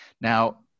Now